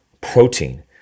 protein